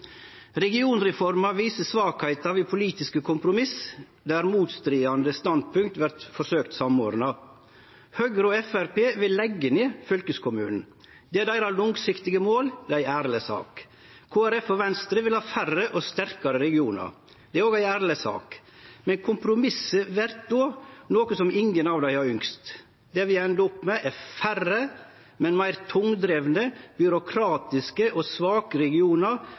Regionreforma viser svakheiter ved politiske kompromiss der motstridande standpunkt vert forsøkt samordna. Høgre og Framstegspartiet vil leggje ned fylkeskommunen. Det er deira langsiktige mål, og det er ei ærleg sak. Kristeleg Folkeparti og Venstre vil ha færre og sterkare regionar. Det er òg ei ærleg sak, men kompromisset vert då noko som ingen av dei har ynskt seg. Det vi endar opp med, er færre, men meir tungdrivne byråkratiske og svake regionar